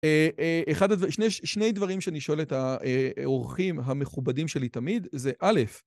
שני דברים שאני שואל את האורחים המכובדים שלי תמיד, זה א',